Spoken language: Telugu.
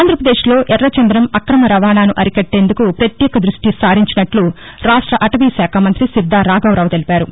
ఆంధ్రాపదేశ్లో ఎర్రచందనం అక్రమ రవాణాను అరికట్టేందుకు ప్రత్యేక దృష్టి సారించినట్లు రాష్ట అటవీశాఖ మంతి శిద్దా రాఘవరావు తెలిపారు